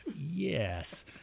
Yes